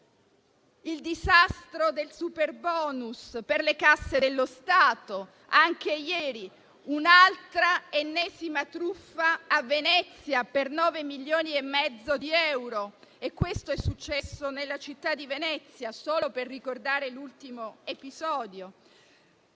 il disastro del superbonus per le casse dello Stato. Ieri è emersa un'altra, ennesima truffa a Venezia, per 9 milioni e mezzo di euro; questo è successo nella città di Venezia, solo per ricordare l'ultimo episodio.